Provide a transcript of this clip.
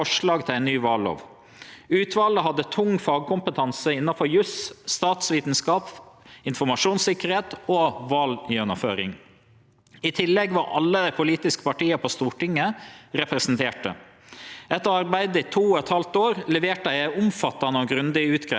I tillegg var alle dei politiske partia på Stortinget representerte. Etter å ha arbeidd i to og eit halvt år leverte dei ei omfattande og grundig utgreiing. Hovudbodskapen var at norske val vert gjennomførte på ein god måte, og at valordninga vår er robust og har legitimitet.